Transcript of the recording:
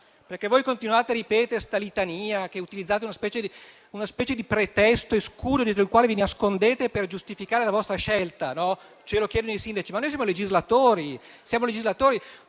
Voi continuate a ripetere la litania per cui utilizzate una specie di pretesto e di scudo dietro il quale vi nascondete per giustificare la vostra scelta (ce lo chiedono i sindaci), ma noi siamo legislatori e non possiamo